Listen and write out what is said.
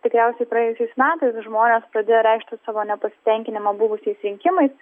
tikriausiai praėjusiais metais žmonės pradėjo reikšti savo nepasitenkinimą buvusiais rinkimais